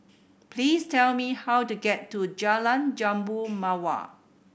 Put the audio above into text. please tell me how to get to Jalan Jambu Mawar